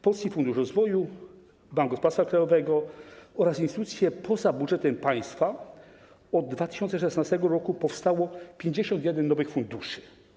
Polski Fundusz Rozwoju, Bank Gospodarstwa Krajowego oraz instytucje poza budżetem państwa - od 2016 r. powstało 51 nowych funduszy.